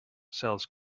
sells